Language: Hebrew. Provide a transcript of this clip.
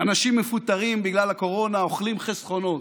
אנשים מפוטרים בגלל הקורונה, אוכלים חסכונות.